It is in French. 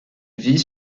vit